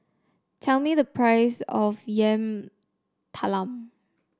tell me the price of Yam Talam